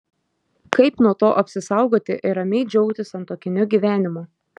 kaip nuo to apsisaugoti ir ramiai džiaugtis santuokiniu gyvenimu